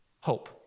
hope